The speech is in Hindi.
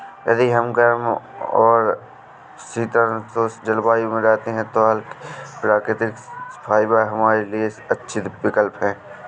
यदि हम गर्म और समशीतोष्ण जलवायु में रहते हैं तो हल्के, प्राकृतिक फाइबर हमारे लिए सबसे अच्छे विकल्प हैं